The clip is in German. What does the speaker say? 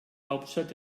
hauptstadt